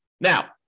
Now